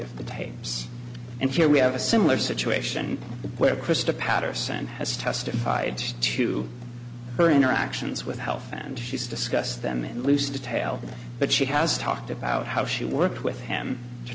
of the tapes and here we have a similar situation where krista patterson has testified to her interactions with health and she's discussed them in loose detail but she has talked about how she worked with him to